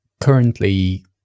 currently